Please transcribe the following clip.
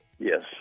Yes